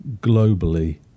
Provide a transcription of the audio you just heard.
globally